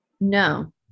no